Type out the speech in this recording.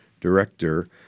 director